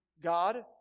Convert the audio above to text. God